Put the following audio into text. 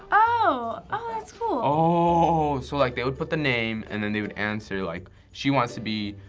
oh, oh that's cool. oh, so like they would put the name and then they would answer like, she wants to be,